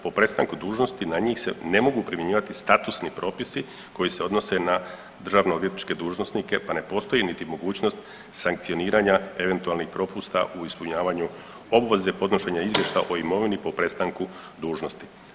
Po prestanku dužnosti na njih se ne mogu primjenjivati statusni propisi koji se odnose na državno odvjetničke dužnosnike, pa ne postoji niti mogućnost sankcioniranja eventualnih propusta u ispunjavanju obveze podnošenja izvješća o imovini po prestanku dužnosti.